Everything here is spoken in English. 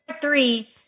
three